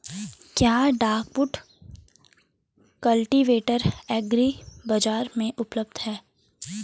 क्या duck foot cultivator agri बाज़ार में उपलब्ध है?